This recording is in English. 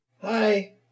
Hi